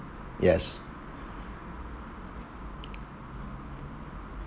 yes